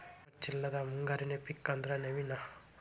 ಖರ್ಚ್ ಇಲ್ಲದ ಮುಂಗಾರಿ ಪಿಕ್ ಅಂದ್ರ ನವ್ಣಿ